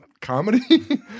comedy